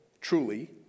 truly